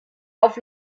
auf